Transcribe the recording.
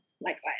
Likewise